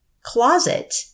closet